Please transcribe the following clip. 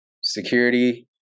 security